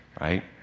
right